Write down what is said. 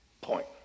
point